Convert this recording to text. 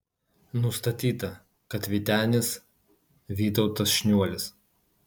nustatyta kad vytenis vytautas šniuolis